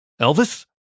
Elvis